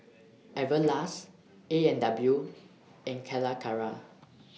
Everlast A and W and Calacara